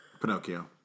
Pinocchio